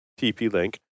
TP-Link